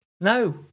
No